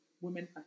women